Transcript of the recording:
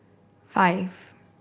five